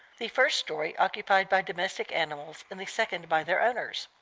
the first story occupied by domestic animals and the second by their owners.